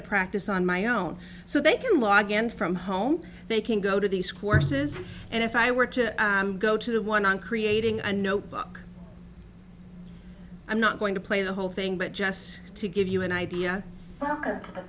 of practice on my own so they can log in from home they can go to these courses and if i were to go to the one on creating a notebook i'm not going to play the whole thing but just to give you an idea of